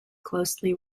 closely